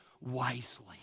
wisely